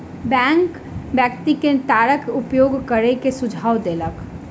bank व्यक्ति के तारक उपयोग करै के सुझाव देलक